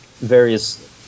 various